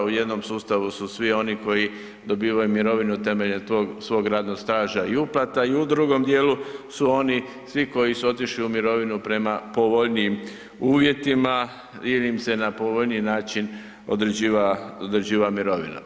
U jednom sustavu su svi oni koji dobivaju mirovinu temeljem svog radnog staža i uplata i u drugom dijelu su oni svi koji su otišli u mirovinu prema povoljnijim uvjetima ili im se na povoljniji način određivala mirovina.